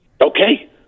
Okay